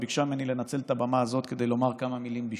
היא ביקשה ממני לנצל את הבמה הזאת כדי לומר כמה מילים בשמה: